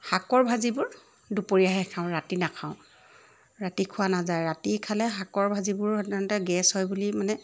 শাকৰ ভাজিবোৰ দুপৰীয়াহে খাওঁ ৰাতি নাখাওঁ ৰাতি খোৱা নাযায় ৰাতি খালে শাকৰ ভাজিবোৰ সাধাৰণতে গেছ হয় বুলি মানে